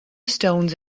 stones